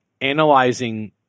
analyzing